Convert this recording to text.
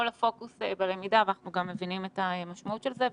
כל הפוקוס בלמידה ואנחנו גם מבינים את המשמעות של זה.